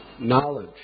knowledge